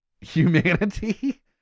humanity